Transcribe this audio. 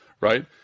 right